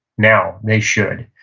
now, they should.